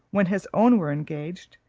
when his own were engaged,